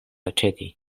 aĉeti